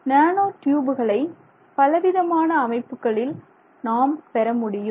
nano டியூப்களை பலவிதமான அமைப்புகளில் நாம் பெற முடியும்